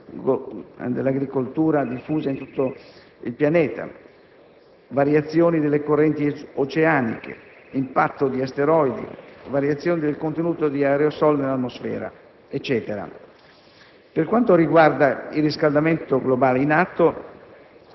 (importanti quest'ultime a seguito dell'agricoltura diffusa in tutto il pianeta); variazioni delle correnti oceaniche; impatto di asteroidi; variazioni del contenuto di aerosol nell'atmosfera, e via